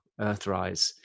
Earthrise